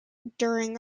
during